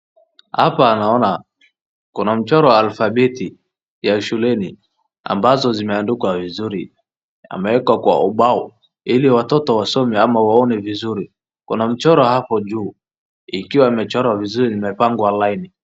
Hapa naona kuna mchoro wa alfabeti ya shuleni, ambazo zimeandikwa vizuri, ameekwa kwa ubao ili watoto wasome ama waone vizuri. Kuna mchoro hapo juu, ikiwa imechorwa vizuri imepangwa laini.